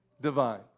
divine